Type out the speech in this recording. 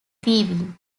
viewing